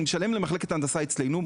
אני משלם למחלקת הנדסה אצלנו,